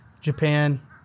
Japan